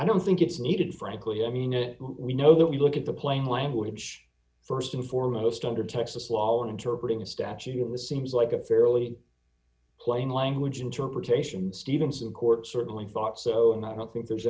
i don't think it's needed frankly i mean it we know that we look at the plain language st and foremost under texas law and interpret in a statute in this seems like a fairly d plain language interpretation stevenson court certainly thought so and i don't think there's